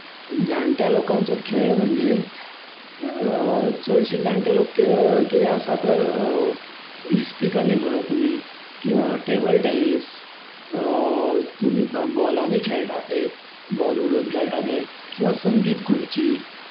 जाणटे लोकांचो खेळ म्हणजे चडशे जाणटे लोक खेळ कितें आसा तर इस्पिकांनी म्हणा तुमी किंवा टेबल टेनीस तुमी बॉलांनी खेळटात एक बॉल उडोवन खेळटाले किंवा संगीत कुर्ची